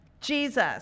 Jesus